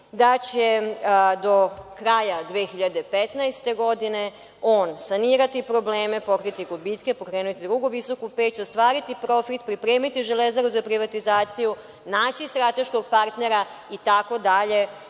da će do kraja 2015. godine on sanirati probleme, pokriti gubitke, pokrenuti drugu visoku peć, ostvariti profit, pripremiti Železaru za privatizaciju, naći strateškog partnera, itd,